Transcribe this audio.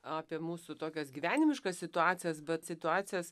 apie mūsų tokias gyvenimiškas situacijas bet situacijas